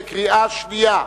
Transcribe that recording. בקריאה שנייה.